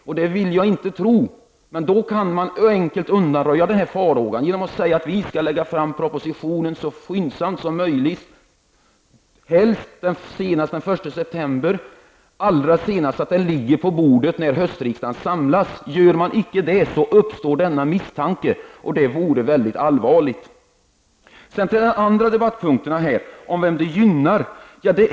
Jag vill inte tro det, men man kan enkelt undanröja den farhågan genom att lägga fram propositionen så skyndsamt som möjligt, helst sedan den 1 september, allra senast så att den ligger på bordet när höstriksdagen samlas. Gör man inte det uppstår denna misstanke, och det vore allvarligt. Så till den andra debattpunkten -- vem förslaget gynnar.